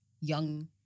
young